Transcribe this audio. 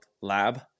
Lab